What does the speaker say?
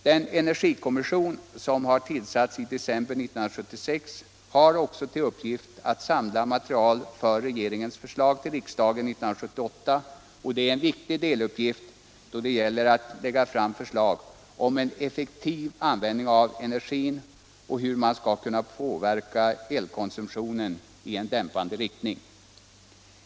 Den energikommission som tillsattes i december 1976 har till uppgift att samla material för regeringens förslag till riksdagen 1978, och det är en viktig deluppgift då det gäller att lägga fram förslag om en effektiv användning av energin och hur man skall kunna påverka elkonsumtionen i dämpande riktning.